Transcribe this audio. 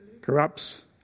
corrupts